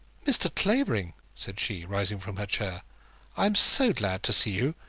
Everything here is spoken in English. mr. clavering, said she, rising from her chair i am so glad to see you,